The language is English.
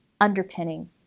underpinning